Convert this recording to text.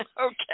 okay